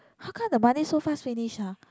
how come the money so fast finish huh